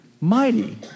mighty